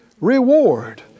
reward